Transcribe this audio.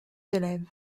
élèves